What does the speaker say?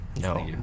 No